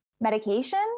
medication